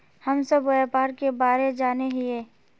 हम सब व्यापार के बारे जाने हिये?